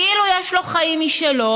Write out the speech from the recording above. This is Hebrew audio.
כאילו יש לו חיים משלו,